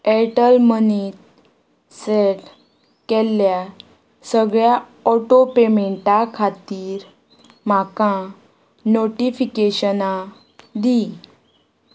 Airtel मनींत set केल्ल्या सगळ्या ऑटो पेमॅंटा खातीर म्हाका नोटिफिकेशनां दी